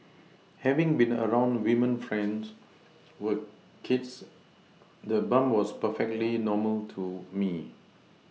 having been around women friends with kids the bump was perfectly normal to me